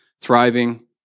thriving